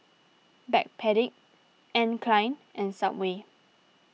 Backpedic Anne Klein and Subway